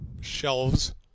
shelves